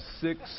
Six